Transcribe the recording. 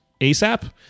asap